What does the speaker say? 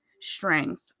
strength